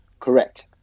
Correct